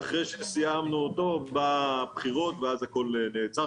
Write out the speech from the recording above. ואחרי שסיימנו אותו באו הבחירות ואז הכל נעצר,